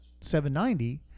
790